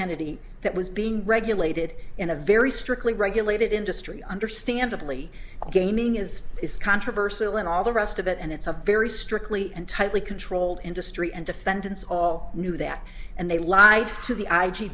entity that was being regulated in a very strictly regulated industry understandably gaming is is controversial and all the rest of it and it's a very strictly and tightly controlled industry and defendants all knew that and they lied to the i